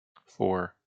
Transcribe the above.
four